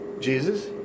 Jesus